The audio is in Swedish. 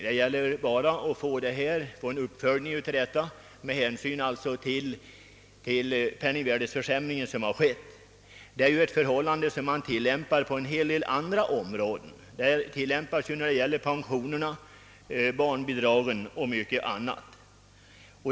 Det gäller bara att åstadkomma en uppräkning med hänsyn till den penningvärdeförsämring som har inträffat. Det är ju en princip som man tillämpar på en hel del andra områden: Den tillämpas ju i fråga om pensionerna, barnbidragen och mycket annat.